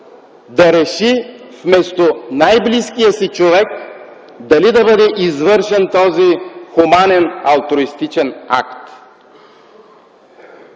да реши вместо най-близкия си човек дали да бъде извършен този хуманен, алтруистичен акт.